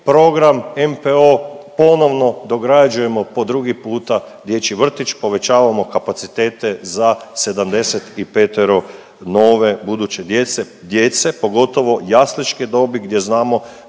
program NPO ponovno dograđujemo po drugi puta dječji vrtić, povećavamo kapacitete za 75 nove buduće djece, pogotovo jasličke dobi gdje znamo